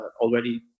already